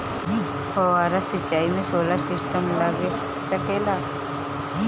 फौबारा सिचाई मै सोलर सिस्टम लाग सकेला?